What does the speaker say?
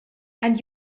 and